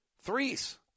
threes